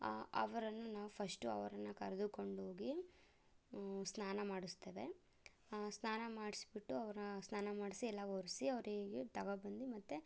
ಅವರನ್ನು ನಾವು ಫಷ್ಟು ಅವರನ್ನು ಕರೆದುಕೊಂಡೋಗಿ ಸ್ನಾನ ಮಾಡಿಸ್ತೇವೆ ಸ್ನಾನ ಮಾಡಿಸ್ಬಿಟ್ಟು ಅವರ ಸ್ನಾನ ಮಾಡಿಸಿ ಎಲ್ಲ ಒರೆಸಿ ಅವರಿಗೆ ತಗೊಬಂದು ಮತ್ತು